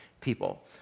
people